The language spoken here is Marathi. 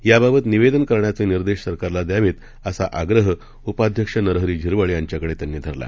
याबाबत निवेदन करण्याचे निदेश सरकारला द्यावेत असा आग्रह उपाध्यक्ष नरहरी झिरवळ यांच्याकडे धरला